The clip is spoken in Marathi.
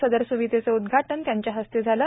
सदर स्विधेचे उद्घाटन त्यांच्या हस्ते झालं